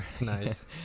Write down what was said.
Nice